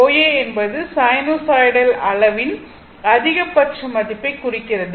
OA என்பது sinusoidal அளவின் அதிகபட்ச மதிப்பைக் குறிக்கிறது